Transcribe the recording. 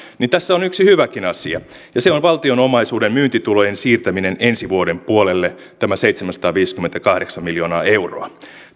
tässä on yksi hyväkin asia ja se on valtion omaisuuden myyntitulojen siirtäminen ensi vuoden puolelle tämä seitsemänsataaviisikymmentäkahdeksan miljoonaa euroa